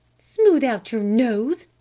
smooth out your nose!